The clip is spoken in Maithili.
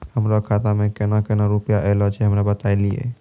हमरो खाता मे केना केना रुपैया ऐलो छै? हमरा बताय लियै?